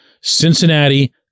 Cincinnati